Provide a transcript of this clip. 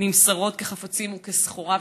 נמסרות כחפצים וכסחורה.